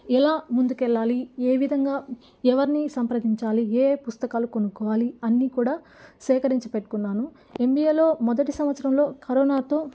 ఎలా ముందుకెళ్ళాలి ఏ విధంగా ఎవరిని సంప్రదించాలి ఏ పుస్తకాలు కొనుక్కోవాలి అన్నీ కూడా సేకరించి పెట్టుకున్నాను ఏంబిఏలో మొదటి సంవత్సరంలో కరోనాతో